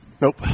Nope